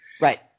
right